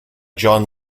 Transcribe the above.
john